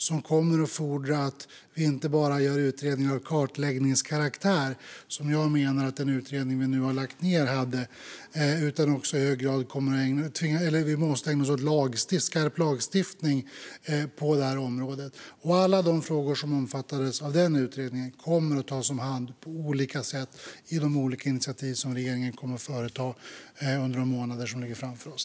Det kommer att fordra att vi inte bara gör utredningar av kartläggningskaraktär, som jag menar att den utredning vi lagt ned hade, utan att vi också i hög grad måste ägna oss åt skarp lagstiftning på detta område. Alla de frågor som omfattades av den tidigare utredningen kommer att tas om hand på olika sätt i de olika initiativ som regeringen kommer att ta under de månader som ligger framför oss.